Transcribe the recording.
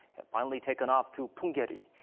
have finally taken off to punggye-ri.